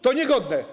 To niegodne.